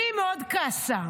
והיא מאוד כעסה.